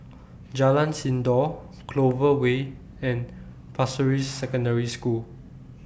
Jalan Sindor Clover Way and Pasir Ris Secondary School